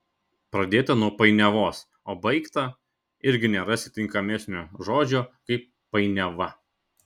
pradėta nuo painiavos o baigta irgi nerasi tinkamesnio žodžio kaip painiava